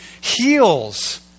heals